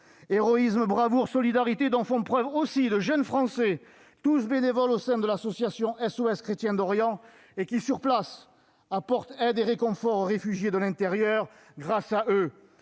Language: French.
Héroïsme, bravoure, solidarité, de jeunes Français aussi en font preuve, tous bénévoles au sein de l'association SOS Chrétiens d'Orient et qui, sur place, apportent aide et réconfort aux réfugiés de l'intérieur. Grâce à eux,